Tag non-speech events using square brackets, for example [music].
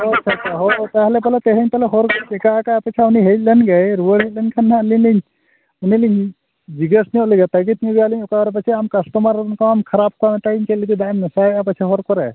ᱦᱳᱭ ᱛᱚ ᱦᱳᱭ ᱛᱟᱦᱚᱞᱮ ᱛᱮᱦᱮᱧ ᱠᱳᱱᱳ ᱦᱚᱲ ᱪᱤᱠᱟ ᱠᱟᱜᱼᱟ ᱯᱟᱪᱷᱮ ᱩᱱᱤ ᱦᱮᱡ ᱞᱮᱱᱜᱮᱭ ᱨᱩᱣᱟᱹᱲ ᱦᱮᱡ ᱞᱮᱱᱠᱷᱟᱱ ᱟᱹᱞᱤᱧ ᱞᱤᱧ ᱩᱱᱤ ᱞᱤᱧ ᱡᱤᱜᱽᱜᱟᱹᱥ ᱧᱚᱜ ᱞᱮᱜᱮ [unintelligible] ᱚᱠᱟᱨᱮ ᱯᱟᱪᱮᱫ ᱟᱢ ᱠᱟᱥᱴᱚᱢᱟᱨ ᱚᱱᱠᱟᱢ ᱠᱷᱟᱨᱟᱯ ᱠᱚᱣᱟ ᱢᱮᱛᱟᱭᱟᱹᱧ ᱪᱮᱫ ᱞᱟᱹᱜᱤᱫ ᱫᱟᱜ ᱮᱢ ᱢᱮᱥᱟᱭᱮᱫ ᱯᱟᱪᱷᱮ ᱦᱚᱨ ᱠᱚᱨᱮᱜ